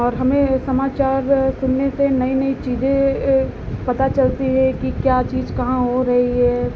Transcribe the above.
और हमें समाचार सुनने से नई नई चीज़ें पता चलती हैं कि क्या चीज़ कहाँ हो रही है